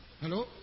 Hello